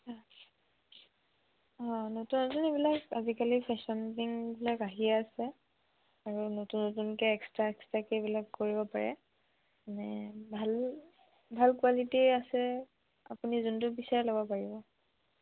নতুন নতুন আজিকালি এইবিলাক আজিকালি ফেশ্বনবিলাক আহিয়ে আছে আৰু নতুন নতুনকৈ এক্সট্ৰা এক্সট্ৰাকৈ এইবিলাক কৰিব পাৰে মানে ভাল ভাল কোৱালিটীৰ আছে আপুনি যোনটো বিচাৰে ল'ব পাৰিব